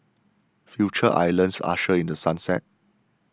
Future Islands ushered in The Sunset